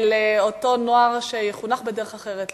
לאותו נוער שיחונך בדרך אחרת,